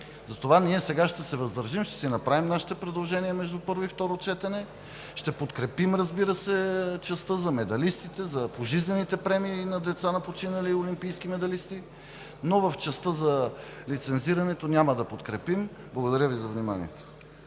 Сега ние ще се въздържим. Ще направим нашите предложения между първо и второ четене, разбира се, ще подкрепим частта за медалистите, за пожизнените премии на деца на починали олимпийски медалисти, но частта за лицензирането няма да я подкрепим. Благодаря Ви за вниманието.